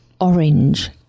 orange